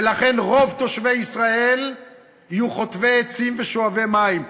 ולכן רוב תושבי ישראל יהיו חוטבי עצים ושואבי מים.